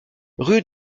rue